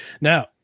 Now